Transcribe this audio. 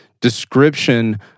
description